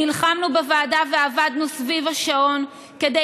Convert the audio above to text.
נלחמנו בוועדה ועבדנו סביב השעון כדי